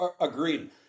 Agreed